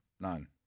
none